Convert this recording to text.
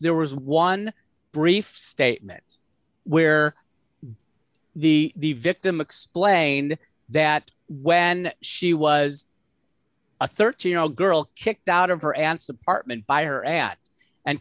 there was one brief statement where the victim explained that when she was a thirteen year old girl kicked out of her aunt's apartment by her ad and